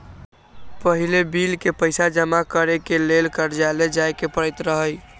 पहिले बिल के पइसा जमा करेके लेल कर्जालय जाय के परैत रहए